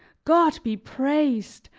god be praised,